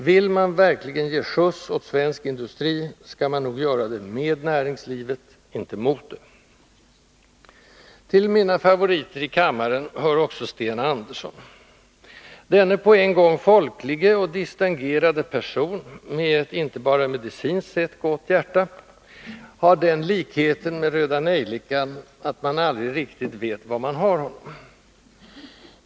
Vill man verkligen ge skjuts åt svensk industri, skall man nog göra det med näringslivet, inte mot det. Till mina favoriter i kammaren hör också Sten Andersson. Denne på en gång folklige och distingerade person, med ett inte bara medicinskt sett gott hjärta, har den likheten med Röda Nejlikan att man aldrig riktigt vet var man har honom.